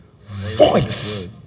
voice